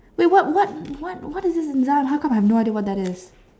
wait what what what what is this in how come I have no idea what that is